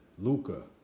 Luca